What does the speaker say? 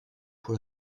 pour